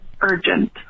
urgent